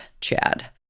Chad